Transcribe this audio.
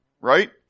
right